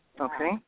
Okay